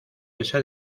esa